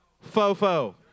fo-fo